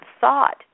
thought